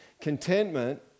Contentment